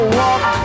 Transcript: walk